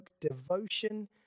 devotion